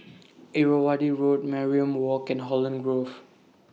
Irrawaddy Road Mariam Walk and Holland Grove